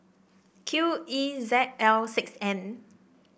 Q E Z L six N